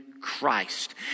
Christ